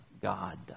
God